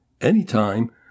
anytime